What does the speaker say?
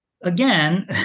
again